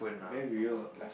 very real lah